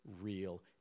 real